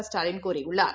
ஸ்டாலின் கூறியுள்ளார்